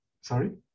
Sorry